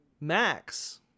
Max